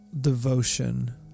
devotion